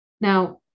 Now